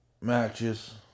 matches